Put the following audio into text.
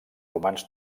romans